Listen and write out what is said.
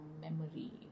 memory